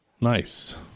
Nice